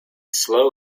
slow